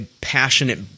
passionate